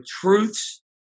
truths